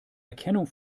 erkennung